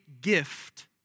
gift